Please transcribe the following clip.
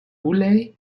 ley